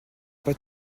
pas